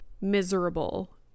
miserable